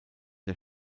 der